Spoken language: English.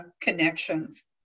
connections